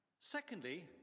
Secondly